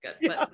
good